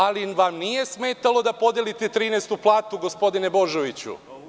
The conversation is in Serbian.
Ali vam nije smetalo da podelite trinaestu platu, gospodine Božoviću.